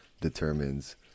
determines